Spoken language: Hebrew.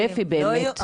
שפי, באמת.